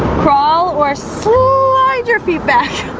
crawl or slide your feet back